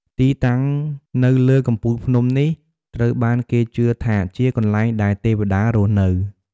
ទីតាំងនៅលើ កំពូលភ្នំ នេះត្រូវបានគេជឿថាជា កន្លែងដែលទេវតារស់នៅ។